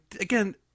again